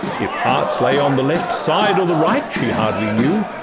if hearts lay on the left side or the right she hardly knew,